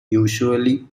usually